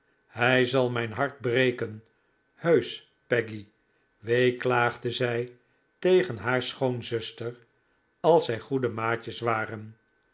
hij zal mijn hart breken heusch peggy weeklaagde zij tegen haar schoonzuster als zij goede maatjes waren